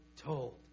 told